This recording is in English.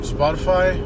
Spotify